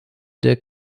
der